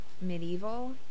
medieval